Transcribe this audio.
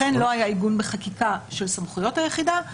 לכן לא היה עיגון בחקיקה של סמכויות היחידה.